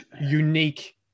unique